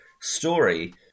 story